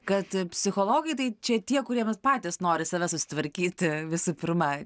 kad psichologai tai čia tie kuriem patys nori save susitvarkyti visų pirma